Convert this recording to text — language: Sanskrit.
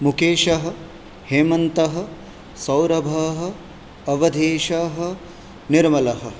मुकेशः हेमन्तः सौरभः अवधेशः निर्मलः